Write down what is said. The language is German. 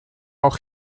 auch